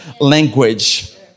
Language